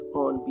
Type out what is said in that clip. on